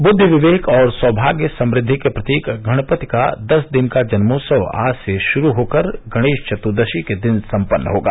बुद्धि विवेक और सौभाग्य समृद्धि के प्रतीक गणपति का दस दिन का जन्मोत्सव आज से शुरु होकर गणेश चत्र्दशी के दिन सम्पन्न होगा